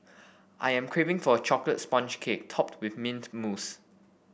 I am craving for a chocolate sponge cake topped with mint mousse